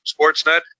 Sportsnet